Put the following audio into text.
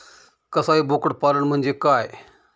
कसाई बोकड पालन म्हणजे काय?